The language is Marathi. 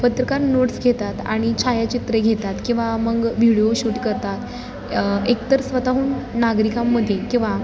पत्रकार नोट्स घेतात आणि छायाचित्र घेतात किंवा मग व्हिडिओ शूट करतात एकतर स्वतःहून नागरिकांमध्ये किंवा